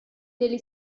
degli